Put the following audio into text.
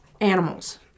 animals